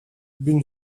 been